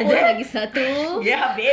ya babe